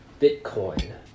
bitcoin